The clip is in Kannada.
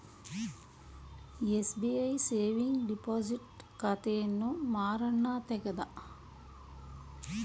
ಎಸ್.ಬಿ.ಐ ಸೇವಿಂಗ್ ಡಿಪೋಸಿಟ್ ಖಾತೆಯನ್ನು ಮಾರಣ್ಣ ತೆಗದ